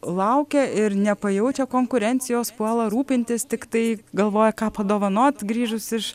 laukia ir nepajaučia konkurencijos puola rūpintis tiktai galvoja ką padovanot grįžus iš